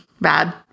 bad